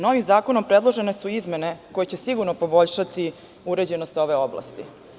Novim zakonom predložene su izmene koje će sigurno poboljšati uređenost ove oblasti.